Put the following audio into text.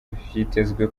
vyitezwe